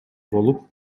болуп